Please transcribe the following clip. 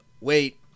Wait